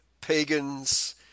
pagans